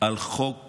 על חוק